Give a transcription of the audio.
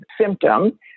symptom